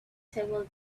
table